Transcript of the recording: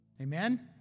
Amen